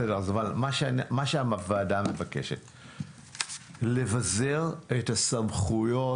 בסדר, אבל מה שהוועדה מבקשת זה לבזר את הסמכויות